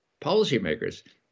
policymakers